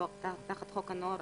אלא תחת חוק הנוער